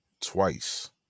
twice